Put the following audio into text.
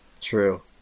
True